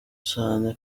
cane